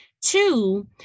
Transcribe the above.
Two